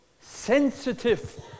sensitive